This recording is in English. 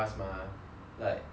like usually